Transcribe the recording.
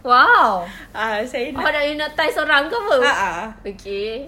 !wow! awak nak hypnotise orang ke apa okay